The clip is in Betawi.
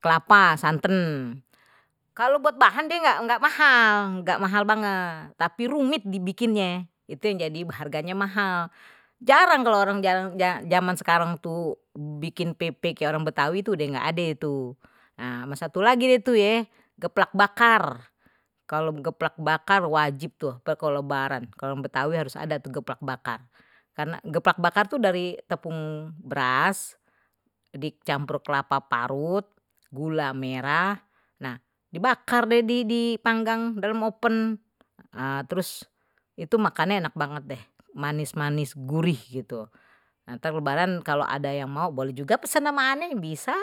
kelapa santan kalau buat bahan dia nggak nggak mahal, nggak mahal banget tapi rumit dibikinnya itu yang jadi harganya mahal jarang kalau orang jalan zaman sekarang tuh bikin pepek kayak orang betawi itu udah nggak ada itu nah sama satu lagi deh geplak bakar, geplak bakar wajib tuh kalo lebaran, geplak bakar dari tepung beras, dicampur kelapa parut. gula merah nah di bakar di dipanggang dalam oven nah terus itu makannye enak banget dah manis manis gurih gitu, ntar kalo lebaran boleh juga pesen ama ane bisa.